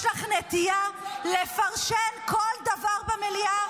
יש לך נטייה לפרשן כל דבר במליאה.